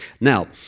Now